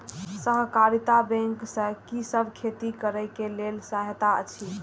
सहकारिता बैंक से कि सब खेती करे के लेल सहायता अछि?